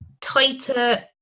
tighter